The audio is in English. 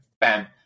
Bam